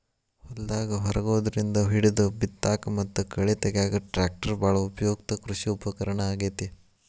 ಹೊಲದಾಗ ಹರಗೋದ್ರಿಂದ ಹಿಡಿದು ಬಿತ್ತಾಕ ಮತ್ತ ಕಳೆ ತಗ್ಯಾಕ ಟ್ರ್ಯಾಕ್ಟರ್ ಬಾಳ ಉಪಯುಕ್ತ ಕೃಷಿ ಉಪಕರಣ ಆಗೇತಿ